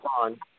on